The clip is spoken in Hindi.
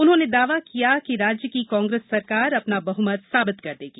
उन्होंने दावा किया कि राज्य की कांग्रेस सरकार अपना बहुमत साबित कर देगी